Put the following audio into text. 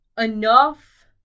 enough